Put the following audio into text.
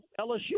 LSU